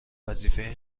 وظیفه